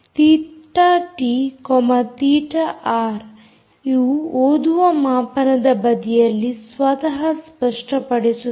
theta T theta R ಇವು ಓದುವ ಮಾಪನದ ಬದಿಯಲ್ಲಿ ಸ್ವತಃ ಸ್ಪಷ್ಟಪಡಿಸುತ್ತದೆ